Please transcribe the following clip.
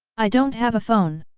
i don't have a phone.